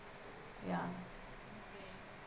ya